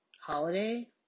holiday